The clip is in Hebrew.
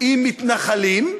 עם מתנחלים,